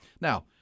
Now